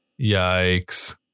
Yikes